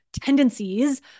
tendencies